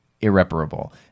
irreparable